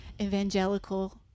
evangelical